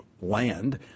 land